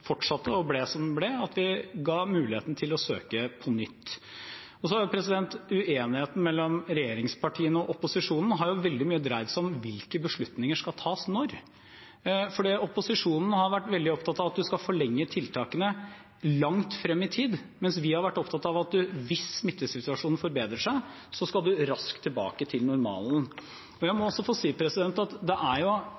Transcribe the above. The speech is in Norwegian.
vi ga mulighet til å søke på nytt. Uenigheten mellom regjeringspartiene og opposisjonen har veldig mye dreid seg om hvilke beslutninger som skal tas når. Opposisjonen har vært veldig opptatt av at man skal forlenge tiltakene langt frem i tid, mens vi har vært opptatt av at man, hvis smittesituasjonen forbedrer seg, raskt skal tilbake til normalen. Jeg må